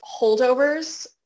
holdovers